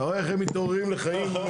אתה רואה איך הם מתעוררים לחיים הרשויות?